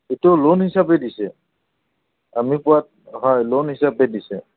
এইটো লোন হিচাপে দিছে আমি পোৱাত হয় লোন হিচাপে দিছে